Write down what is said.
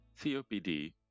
COPD